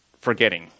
forgetting